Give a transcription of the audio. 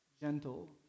Gentle